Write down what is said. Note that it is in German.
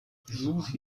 susi